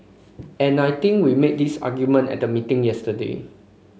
and I think we made this argument at the meeting yesterday